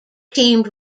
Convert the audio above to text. teamed